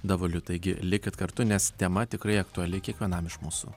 davuliu taigi likit kartu nes tema tikrai aktuali kiekvienam iš mūsų